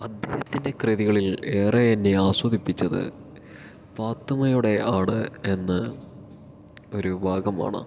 അദ്ദേഹത്തിൻ്റെ കൃതികളിൽ ഏറെ എന്നെ ആസ്വദിപ്പിച്ചത് പാത്തുമ്മയുടെ ആട് എന്ന ഒരു ഭാഗമാണ്